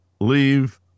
leave